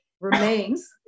remains